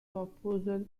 proposal